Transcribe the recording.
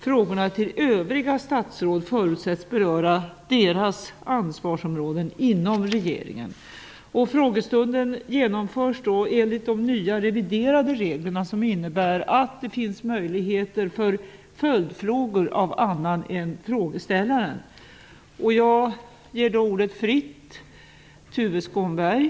Frågorna till övriga statsråd förutsätts beröra deras ansvarsområden inom regeringen. Frågestunden genomförs enligt de nya reviderade reglerna, som innebär att det finns möjligheter för annan än frågeställaren att ställa följdfrågor.